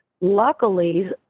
luckily